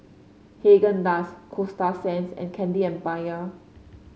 Haagen Dazs Coasta Sands and Candy Empire